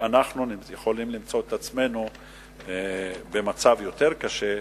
אנחנו יכולים למצוא את עצמנו במצב קשה יותר.